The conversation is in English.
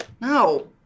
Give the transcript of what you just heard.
No